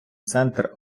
центр